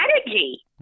strategy